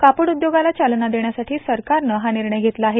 कापड उद्योगाला चालना देण्यासाठी सरकारनं हा निर्णय घेतला आहे